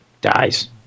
Dies